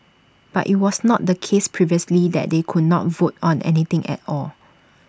but IT was not the case previously that they could not vote on anything at all